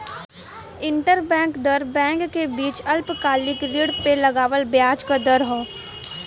interbank दर bank के बीच अल्पकालिक ऋण पे लगावल ब्याज क दर हौ